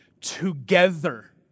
together